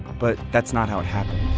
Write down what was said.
but that's not how it happened.